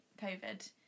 COVID